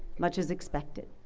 much is expected.